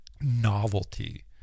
novelty